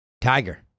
Tiger